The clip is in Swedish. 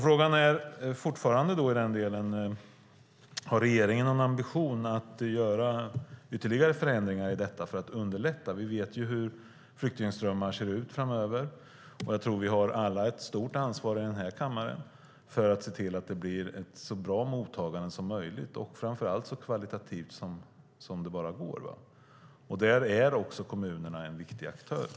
Frågan är fortfarande i den delen: Har regeringen någon ambition att göra ytterligare förändringar i detta för att underlätta? Vi vet ju hur flyktingströmmarna ser ut framöver. Jag tror att vi alla i den här kammaren har ett stort ansvar för att se till att det blir ett så bra mottagande som möjligt, framför allt ett så kvalitativt mottagande som det bara går. Där är också kommunerna viktiga aktörer.